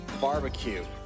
barbecue